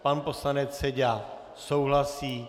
Pan poslanec Seďa souhlasí.